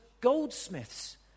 goldsmiths